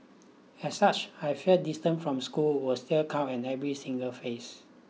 as such I feel distance from school was still count at every single phase